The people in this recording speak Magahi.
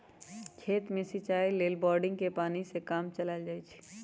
खेत में सिचाई लेल बोड़िंगके पानी से काम चलायल जाइ छइ